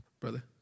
brother